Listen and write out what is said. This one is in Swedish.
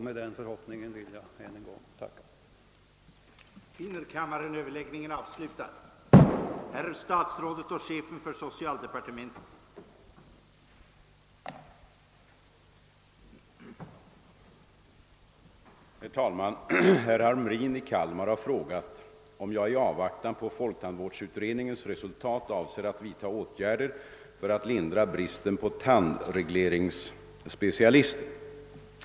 Med den förhoppningen vill jag än en gång tacka statsrådet för svaret.